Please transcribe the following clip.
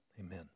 Amen